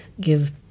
give